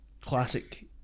classic